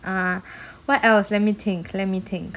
uh what else let me think let me think